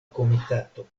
komitato